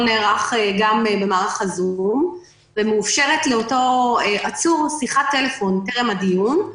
נערך במערך הזום ומאושרת לאותו עצור שיחת טלפון טרם הדיון.